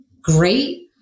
Great